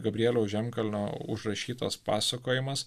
gabrieliaus žemkalnio užrašytas pasakojimas